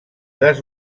les